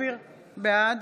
בעד